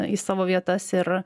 į savo vietas ir